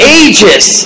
ages